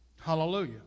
Hallelujah